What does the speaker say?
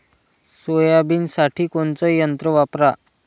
सोयाबीनसाठी कोनचं यंत्र वापरा?